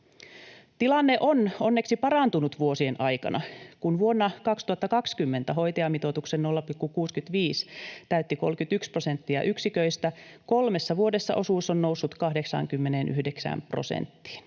Tilanne on onneksi parantunut vuosien aikana. Kun vuonna 2020 hoitajamitoituksen 0,65 täytti 31 prosenttia yksiköistä, kolmessa vuodessa osuus on noussut 89 prosenttiin.